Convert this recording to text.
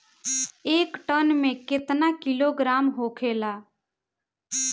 एक टन मे केतना किलोग्राम होखेला?